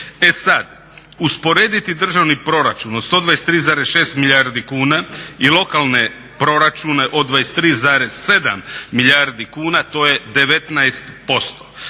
E sada, usporediti državni proračun od 123,6 milijardi kuna i lokalne proračune od 123,7 milijardi kuna to je 19%.